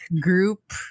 group